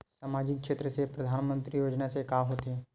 सामजिक क्षेत्र से परधानमंतरी योजना से का होथे?